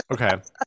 Okay